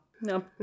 No